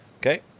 Okay